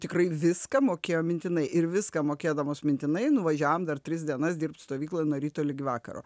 tikrai viską mokėjo mintinai ir viską mokėdamos mintinai nuvažiavome dar tris dienas dirbt stovykloj nuo ryto lig vakaro